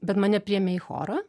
bet mane priėmė į chorą